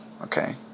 Okay